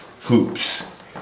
hoops